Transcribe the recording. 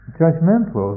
judgmental